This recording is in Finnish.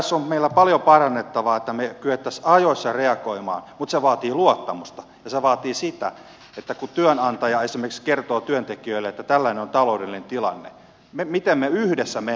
tässä on meillä paljon parannettavaa että me kykenisimme ajoissa reagoimaan mutta se vaatii luottamusta ja sitä että kun työnantaja esimerkiksi kertoo työntekijöille että tällainen on taloudellinen tilanne mietitään miten me yhdessä menemme tästä eteenpäin